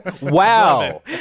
wow